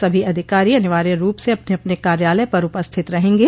सभी अधिकारी अनिवार्य रूप से अपने अपने कार्यालय पर उपस्थित रहेंगे